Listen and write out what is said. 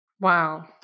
Wow